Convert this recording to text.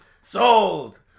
Sold